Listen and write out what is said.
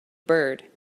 bird